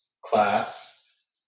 class